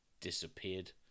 disappeared